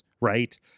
right